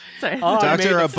Doctor